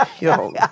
Yo